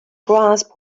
grasp